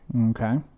Okay